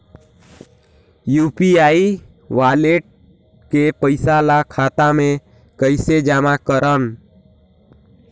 UPI wallet के पईसा ल खाता मे कइसे जमा करव?